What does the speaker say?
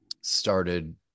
started